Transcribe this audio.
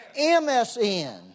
MSN